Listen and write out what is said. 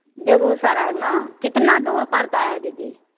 बेगुसराइमे कितना दूर परतै दीदी